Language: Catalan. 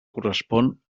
correspon